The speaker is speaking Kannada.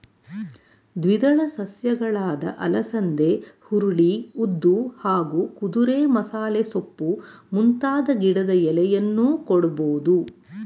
ದ್ವಿದಳ ಸಸ್ಯಗಳಾದ ಅಲಸಂದೆ ಹುರುಳಿ ಉದ್ದು ಹಾಗೂ ಕುದುರೆಮಸಾಲೆಸೊಪ್ಪು ಮುಂತಾದ ಗಿಡದ ಎಲೆಯನ್ನೂ ಕೊಡ್ಬೋದು